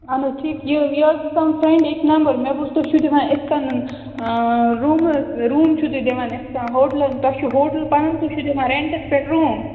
اہَن حظ ٹھیٖک یہِ یہِ حظ دِژیام فرٛینٛڈِ أکۍ نمبر مےٚ بوٗز تُہۍ چھُو دِوان یِتھٕ کٔنۍ روٗمَس روٗم چھُو تُہۍ دِوان یِتھٕ کٔنۍ ہوٹلَن تۄہہِ چھُۄ ہوٹٕل پَنُن تُہۍ چھُو دِوان رینٹَس پٮ۪ٹھ روٗم